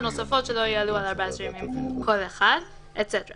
נוספות שלא יעלו על 14 ימים כל אחת וכו'.